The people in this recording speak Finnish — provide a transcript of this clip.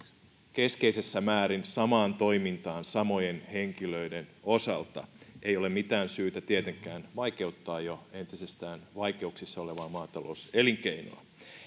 keskeisessä määrin samaan toimintaan samojen henkilöiden osalta ei ole mitään syytä tietenkään vaikeuttaa jo entisestään vaikeuksissa olevaa maatalouselinkeinoa